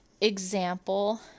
example